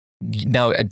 Now